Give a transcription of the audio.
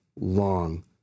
long